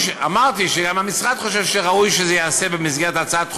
אמרתי שגם המשרד חושב שראוי שזה ייעשה במסגרת הצעת חוק,